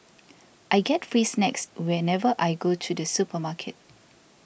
I get free snacks whenever I go to the supermarket